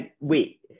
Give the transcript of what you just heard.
Wait